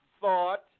thought